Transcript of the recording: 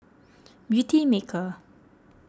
Beautymaker